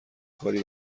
کاری